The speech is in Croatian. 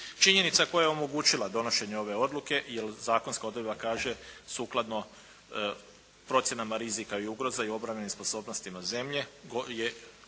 Činjenica koja je omogućila donošenje ove odluke jer zakonska odredba kaže sukladno procjenama rizika i ugroza i obrambenim sposobnostima zemlje koja